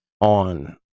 on